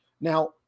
Now